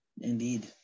Indeed